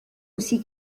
aussi